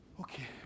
okay